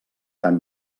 tan